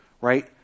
right